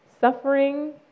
suffering